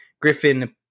Griffin